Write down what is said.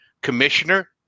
commissioner